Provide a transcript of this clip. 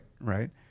right